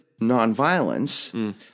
nonviolence